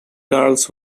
girls